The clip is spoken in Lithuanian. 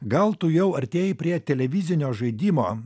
gal tu jau artėji prie televizinio žaidimo